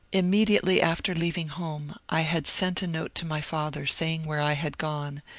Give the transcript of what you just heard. immediately after leaving home i had sent a note to my father saying where i had gone,